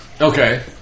Okay